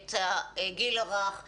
את הגיל הרך מלידה,